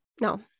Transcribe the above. No